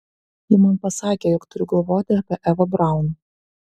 ji man pasakė jog turiu galvoti apie evą braun